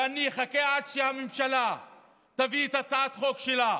ואני אחכה עד שהממשלה תביא את הצעת החוק שלה.